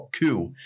coup